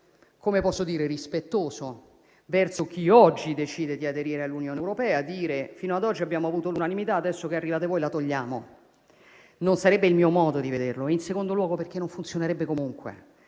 un segnale rispettoso verso chi oggi decide di aderire all'Unione europea quello di dire: fino ad oggi abbiamo avuto l'unanimità, adesso che arrivate voi la togliamo. Non sarebbe il mio modo di vederla e inoltre, non funzionerebbe comunque.